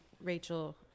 Rachel